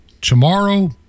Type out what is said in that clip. Tomorrow